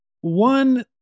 one